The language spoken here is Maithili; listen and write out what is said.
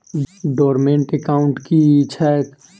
डोर्मेंट एकाउंट की छैक?